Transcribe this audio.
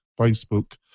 facebook